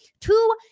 two